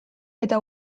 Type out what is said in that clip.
eta